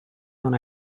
non